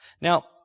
Now